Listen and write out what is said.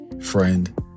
friend